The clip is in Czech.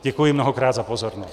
Děkuji mnohokrát za pozornost.